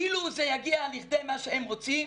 אילו זה יגיע לכדי מה שהם רוצים,